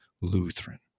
Lutheran